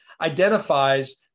identifies